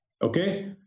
Okay